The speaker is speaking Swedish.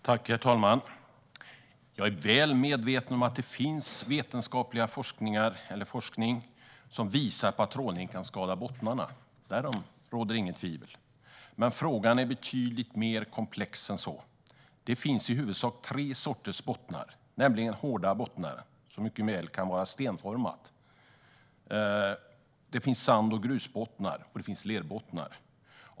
Herr talman! Jag är väl medveten om att det finns vetenskaplig forskning som visar att trålning kan skada bottnarna. Därom råder inget tvivel. Men frågan är betydligt mer komplex än så. Det finns i huvudsak tre sorters bottnar. Det finns hårda bottnar, som mycket väl kan vara stenformade. Det finns sand och grusbottnar. Och det finns lerbottnar.